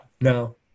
No